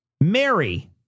Mary